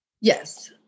Yes